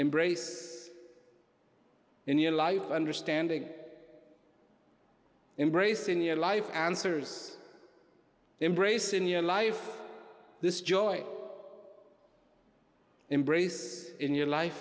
embrace in your life understanding embrace in your life answers embrace in your life this joy embrace in your life